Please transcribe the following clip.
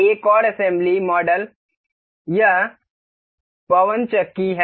एक और assembly model यह पवनचक्की है